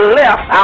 left